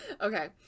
Okay